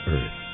Earth